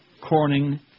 Corning